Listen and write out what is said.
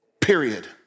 Period